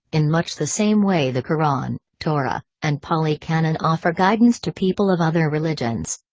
in much the same way the koran, torah, and pali canon offer guidance to people of other religions.